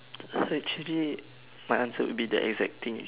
actually my answer would be the exact thing